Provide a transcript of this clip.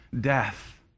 death